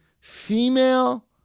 female